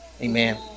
Amen